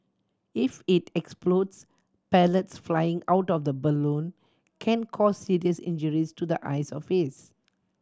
if it explodes pellets flying out of the balloon can cause serious injuries to the eyes or face